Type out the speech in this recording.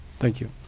thank you.